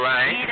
Right